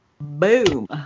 Boom